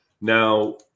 Now